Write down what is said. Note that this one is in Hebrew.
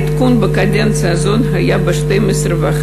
העדכון, בקדנציה הזאת, היה ב-12.5%.